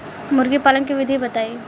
मुर्गी पालन के विधि बताई?